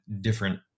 different